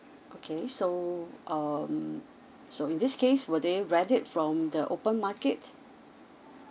okay so um so in this case will they rent it from the open market